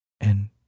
And